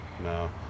No